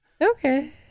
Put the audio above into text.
Okay